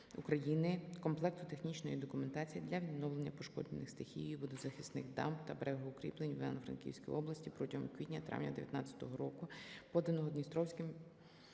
комплекту технічної документації для відновлення пошкоджених стихією водозахисних дамб та берегоукріплень в Івано-Франківській області протягом квітня-травня 19-го року, поданого Дністровським